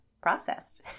processed